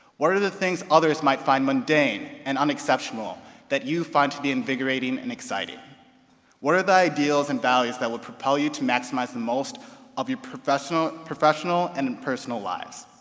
what are the things others might find mundane and unexceptional that you find to be invigorating and exciting what are the ideals and values that will propel you to maximize the most of your professional professional and personal lives?